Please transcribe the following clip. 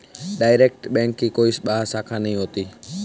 direct bank की कोई बाह्य शाखा नहीं होती